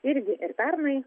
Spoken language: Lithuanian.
irgi ir pernai